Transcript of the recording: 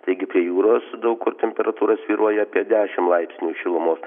taigi prie jūros daug kur temperatūra svyruoja apie dešim laipsnių šilumos